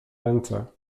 ręce